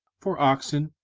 for oxen,